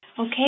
Okay